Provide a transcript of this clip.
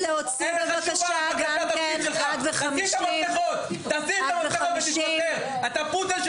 להוציא אותו גם כן עד 11:50. אתה פודל של